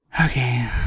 Okay